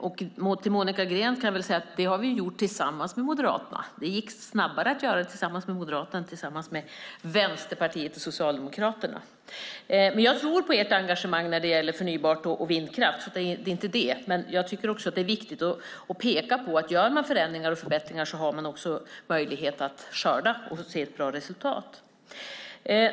Till Monica Green kan jag säga att vi har gjort detta tillsammans med Moderaterna. Det gick snabbare att göra det med Moderaterna än med Vänsterpartiet och Socialdemokraterna. Jag tror på ert engagemang när det gäller förnybar energi och vindkraft. Det är dock viktigt att peka på att om man gör förändringar och förbättringar har man möjlighet att skörda och se ett bra resultat.